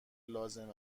لازم